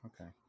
Okay